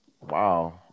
Wow